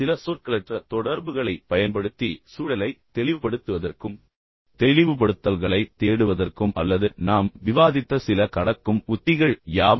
சில சொற்களற்ற தொடர்புகளைப் பயன்படுத்தி சூழலை தெளிவுபடுத்துவதற்கும் தெளிவுபடுத்தல்களைத் தேடுவதற்கும் அல்லது நாம் விவாதித்த சில உத்திகள் என்ன என்பதைக் கடக்கும் உத்திகள் யாவை